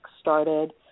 started